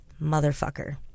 motherfucker